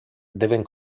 deben